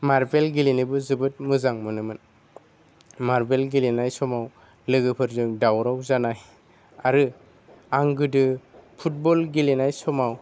मारबल गेलेनोबो जोबोद मोजां मोनोमोन मारबल गेलेनाय समाव लोगोफोरजों दावराव जानाय आरो आं गोदो फुटबल गेलेनाय समाव